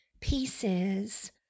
pieces